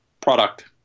product